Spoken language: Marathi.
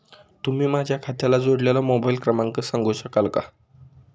तुम्ही माझ्या खात्याला जोडलेला मोबाइल क्रमांक सांगू शकाल का?